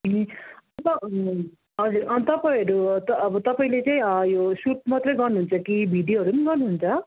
ए अन्त हजुर अनि तपाईँहरू त अब तपाईँले चाहिँ यो सुट मात्रै गर्नुहुन्छ कि भिडियोहरू पनि गर्नुहुन्छ